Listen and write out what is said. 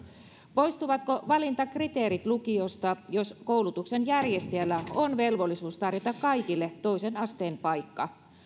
poistuvatko valintakriteerit lukiosta jos koulutuksen järjestäjällä on velvollisuus tarjota kaikille toisen asteen paikka